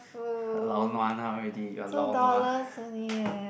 lao nua now already your lao nua